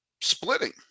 splitting